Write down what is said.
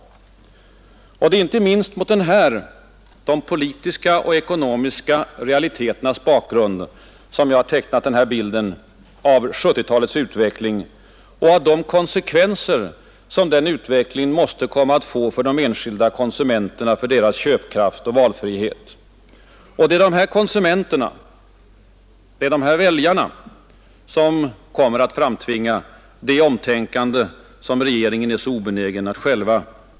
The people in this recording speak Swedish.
Det är inte minst mot denna de politiska och ekonomiska realiteternas bakgrund som jag har tecknat den här bilden av 1970-talets utveckling och av de konsekvenser som den utvecklingen måste komma att få för de enskilda konsumenterna, för deras köpkraft och valfrihet. Och det är de här konsumenterna, det är de här väljarna som kommer att framtvinga det omtänkande som regeringen själv är så obenägen till.